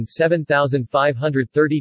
7530